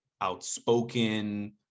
outspoken